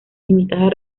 limitada